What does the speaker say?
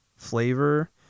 flavor